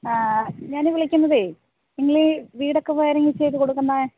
ഞാൻ വിളിക്കുന്നത് നിങ്ങൾ ഈ വീടൊക്കെ വയറിംഗ് ചെയ്ത് കൊടുക്കുന്ന